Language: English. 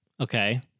Okay